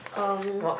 um